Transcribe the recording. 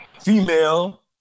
female